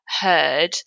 heard